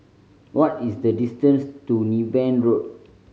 what is the distance to Niven Road